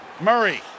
Murray